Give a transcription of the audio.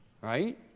right